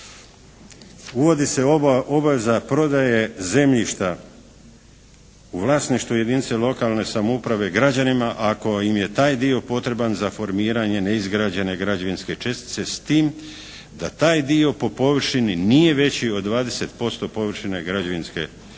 Uvodi se obaveza prodaje zemljišta u vlasništvu jedinice lokalne samouprave građanima ako im je taj dio potreban za formiranje neizgrađene građevinske čestice s tim da taj dio po površini nije veći od 20% površine građevinske čestice